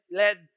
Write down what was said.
led